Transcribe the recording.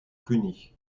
cluny